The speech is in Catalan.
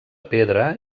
pedra